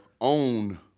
own